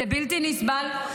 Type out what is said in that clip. זה בלתי נסבל,